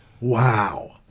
Wow